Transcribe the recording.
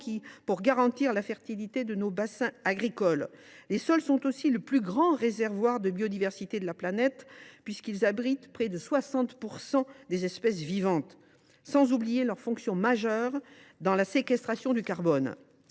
garantissent la fertilité de nos bassins agricoles. Les sols sont aussi le plus grand réservoir de biodiversité de la planète, puisqu’ils abritent près de 60 % des espèces vivantes. Enfin, ils ont une fonction majeure dans la séquestration du carbone.